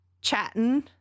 chatting